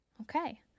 Okay